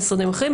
למשרדים אחרים,